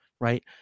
right